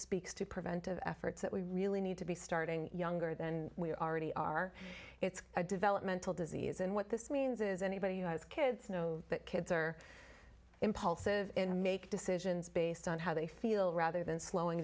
speaks to preventive efforts that we really need to be starting younger than we already are it's a developmental disease and what this means is anybody who has kids know that kids are impulsive and make decisions based on how they feel rather than slowing